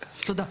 תודה.